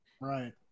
Right